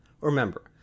Remember